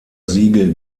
siege